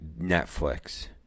Netflix